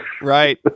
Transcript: Right